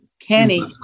Kenny